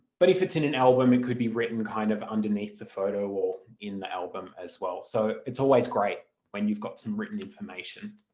but if it's in an album it could be written kind of underneath the photo or in the album as well so it's always great when you've got some written information.